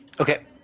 Okay